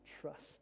trust